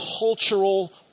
cultural